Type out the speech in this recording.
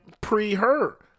pre-her